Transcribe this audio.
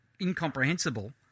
incomprehensible